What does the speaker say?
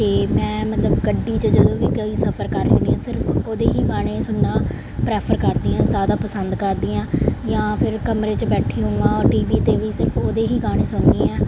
ਅਤੇ ਮੈਂ ਮਤਲਬ ਗੱਡੀ 'ਚ ਜਦੋਂ ਵੀ ਕੋਈ ਸਫਰ ਕਰ ਰਹੀ ਹੁੰਦੀ ਹਾਂ ਸਿਰਫ ਉਹਦੇ ਹੀ ਗਾਣੇ ਸੁਣਨਾ ਪਰੈਫਰ ਕਰਦੀ ਹਾਂ ਜ਼ਿਆਦਾ ਪਸੰਦ ਕਰਦੀ ਹਾਂ ਜਾਂ ਫਿਰ ਕਮਰੇ 'ਚ ਬੈਠੀ ਹੋਵਾਂ ਟੀ ਵੀ 'ਤੇ ਵੀ ਸਿਰਫ ਉਹਦੇ ਹੀ ਗਾਣੇ ਸੁਣਦੀ ਹਾਂ